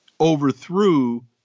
overthrew